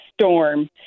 storm